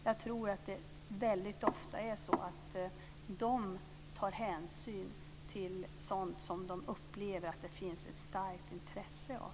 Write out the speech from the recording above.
De tar väldigt ofta hänsyn till sådant som de upplever att det finns ett starkt intresse av.